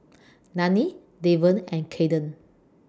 Dannie Devon and Caden